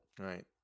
Right